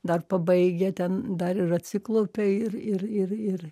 dar pabaigia ten dar ir atsiklaupia ir ir ir ir